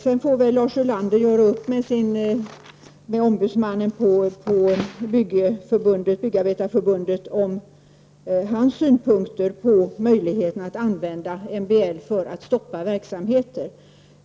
Sedan tror jag att Lars Ulander får göra upp med sin ombudsman på Byggarbetareförbundet om hans synpunkter på möjligheterna att använda MBL för att stoppa verksamheter.